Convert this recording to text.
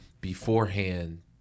beforehand